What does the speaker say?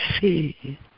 see